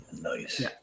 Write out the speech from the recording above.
Nice